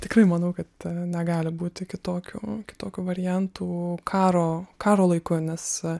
tikrai manau kad negali būti kitokių tokių variantų karo karo laiku nes